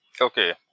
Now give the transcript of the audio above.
Okay